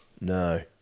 No